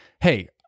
hey